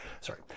sorry